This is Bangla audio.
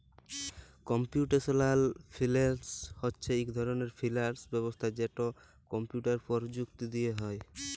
কম্পিউটেশলাল ফিল্যাল্স হছে ইক ধরলের ফিল্যাল্স ব্যবস্থা যেট কম্পিউটার পরযুক্তি দিঁয়ে হ্যয়